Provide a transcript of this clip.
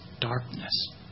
darkness